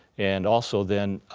and also, then,